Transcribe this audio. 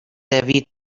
دوید